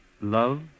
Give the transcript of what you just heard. Love